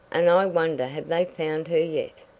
and i wonder have they found her yet.